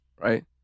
right